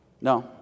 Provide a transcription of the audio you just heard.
No